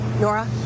Nora